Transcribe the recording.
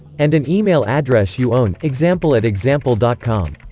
and an email address you own example at example dot com